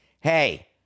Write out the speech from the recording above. Hey